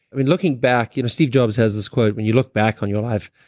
i mean looking back, you know steve jobs has this quote, when you look back on your life,